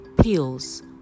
pills